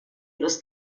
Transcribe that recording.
los